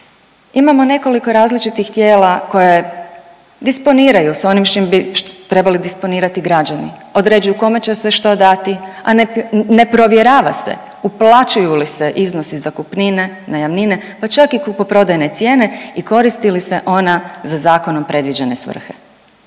imamo nekoliko različitih tijela koje disponiraju s onim s čim bi trebali disponirati građani, određuju kome će se što dati, a ne provjerava se uplaćuju li se iznosi zakupnine, najamnine pa čak i kupoprodajne cijene i koristili se ona za zakonom predviđene svrhe.